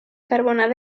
carbonat